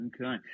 okay